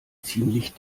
ziemlich